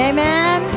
Amen